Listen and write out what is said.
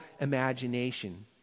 imagination